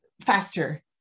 faster